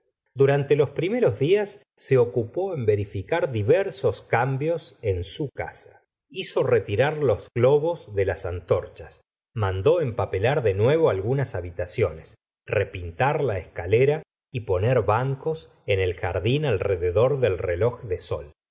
durante los primeros días se ocupó en verificar diversos cambios en su casa hizo retirar los globos de las antorchas mandó empapelar de nuevo algunas habitaciones repintar la escalera y poner bancos en el jardín alrededor del reloj de sol